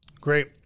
Great